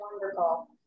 wonderful